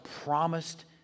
promised